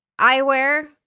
Eyewear